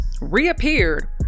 reappeared